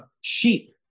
sheep